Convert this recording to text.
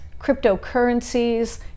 cryptocurrencies